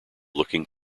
looking